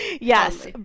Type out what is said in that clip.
Yes